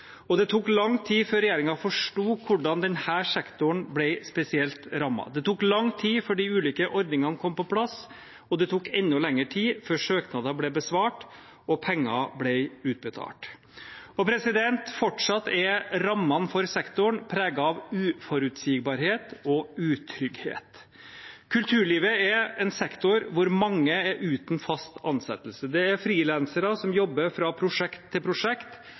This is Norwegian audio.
og det tok lang tid før regjeringen forsto hvordan denne sektoren ble spesielt rammet. Det tok lang tid før de ulike ordningene kom på plass, og det tok enda lengre tid før søknader ble besvart og penger ble utbetalt. Fortsatt er rammene for sektoren preget av uforutsigbarhet og utrygghet. Kulturlivet er en sektor hvor mange er uten fast ansettelse. Det er frilansere, som jobber fra prosjekt til prosjekt,